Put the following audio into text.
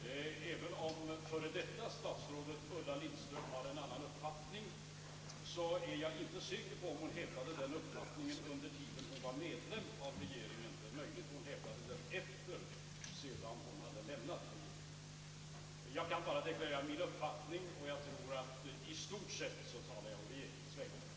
Även om f.d. statsrådet Ulla Lindström har en annan uppfattning är jag inte säker på att hon hävdade den uppfattningen under den tid då hon var medlem av regeringen. Det är möjligt att hon framfört den efter det att hon lämnade regeringen. Jag kan bara deklarera min uppfattning, och jag tror att jag i stort sett talar å regeringens vägnar.